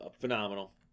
phenomenal